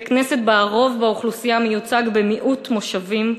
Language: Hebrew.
בכנסת שבה הרוב באוכלוסייה מיוצג במיעוט מושבים,